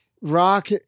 rock